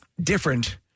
different